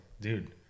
dude